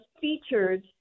featured